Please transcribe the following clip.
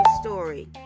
story